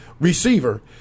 receiver